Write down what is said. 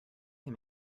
him